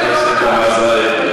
רק תסכימי אתי שאנחנו צריכים לנהל את זה,